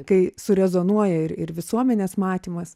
kai surezonuoja ir ir visuomenės matymas